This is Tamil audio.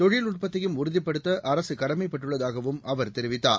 தொழில்நுட்பத்தையும் உறுதிப்படுத்த அரசு கடமைப்பட்டுள்ளதாகவும் அவர் தெரிவித்தார்